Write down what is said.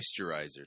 moisturizer